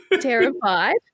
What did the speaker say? terrified